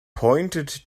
pointed